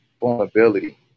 Vulnerability